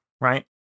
right